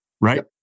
right